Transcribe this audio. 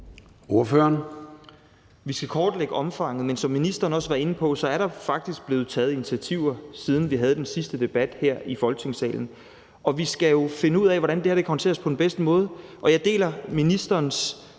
Vi skal kortlægge omfanget, men som ministeren også var inde på, er der jo faktisk blevet taget initiativer, siden vi havde den sidste debat her i Folketingssalen. Vi skal jo finde ud af, hvordan det her kan håndteres på den bedste måde, og jeg deler ministerens